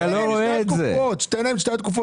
תן להם שתי תקופות.